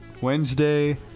Wednesday